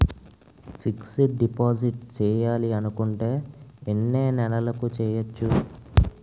Fixed deposit చేయాలి అనుకుంటే ఎన్నే నెలలకు చేయొచ్చు?